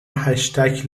هشتگ